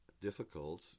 difficult